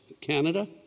canada